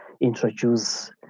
introduce